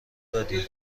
دادیم